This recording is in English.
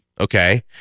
okay